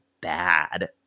bad